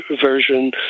version